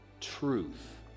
truth